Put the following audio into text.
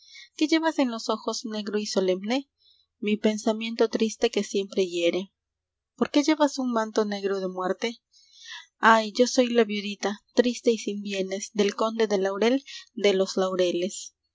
qué llevas en los ojos negro y solemne mi pensamiento triste que siempre hiere por qué llevas un manto negro de muerte ay yo soy la viudita triste y sin bienes del conde del laurel de los laureles